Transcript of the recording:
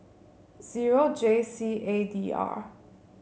zero J C A D R